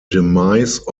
demise